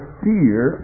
fear